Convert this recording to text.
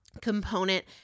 component